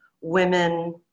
women